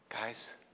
Guys